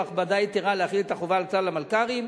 הכבדה יתירה להחיל את החובה על כלל המלכ"רים,